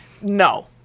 No